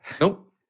Nope